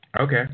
Okay